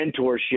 mentorship